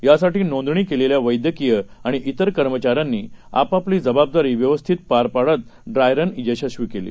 यासाठी नोंदणी केलेल्या वैद्यकीय आणि त्रिर कर्मचाऱ्यांनी आपापली जबाबदारी व्यवस्थित पार पाडत ड्राय रन यशस्वी केली